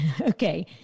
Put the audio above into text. okay